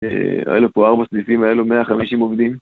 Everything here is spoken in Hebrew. אהה היו לו פה ארבע סניפים והיו לו מאה חמישים עובדים.